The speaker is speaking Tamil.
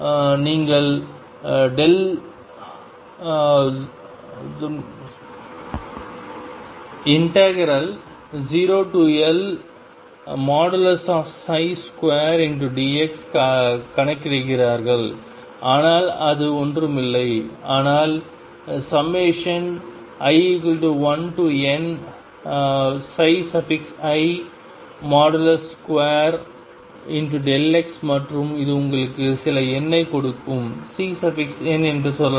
நீங்கள் 0L2dx கணக்கிடுகிறார்கள் ஆனால் அது ஒன்றுமில்லை ஆனால் i1Ni2x மற்றும் இது உங்களுக்கு சில எண்ணைக் கொடுக்கும் CN என்று சொல்லலாம்